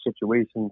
situations